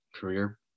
career